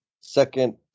second